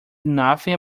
nothing